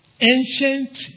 ancient